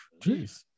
Jeez